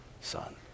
son